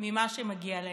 ממה שמגיע להם.